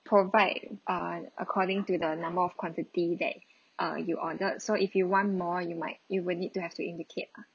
provide err according to the number of quantity that uh you ordered so if you want more you might you will need to have to indicate ah